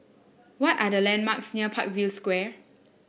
what are the landmarks near Parkview Square